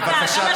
בבקשה,